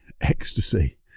ecstasy